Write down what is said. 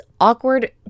awkward